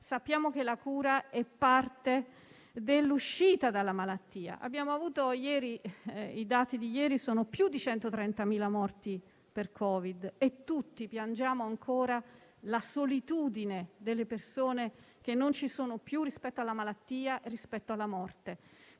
sappiamo che la cura è parte dell'uscita dalla malattia. Secondo gli ultimi dati di ieri, abbiamo avuto più di 130.000 morti per Covid e tutti piangiamo ancora la solitudine delle persone che non ci sono più rispetto alla malattia e alla morte.